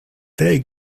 they